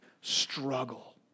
struggle